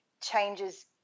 changes